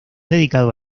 dedicado